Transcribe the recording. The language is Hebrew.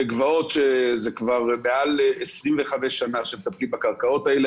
בגבעות שכבר מעל 25 שנים מטפלים בקרקעות האלה.